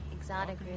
Exotic